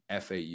FAU